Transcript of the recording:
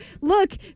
look